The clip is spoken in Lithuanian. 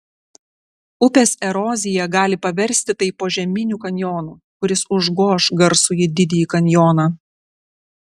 upės erozija gali paversti tai požeminiu kanjonu kuris užgoš garsųjį didįjį kanjoną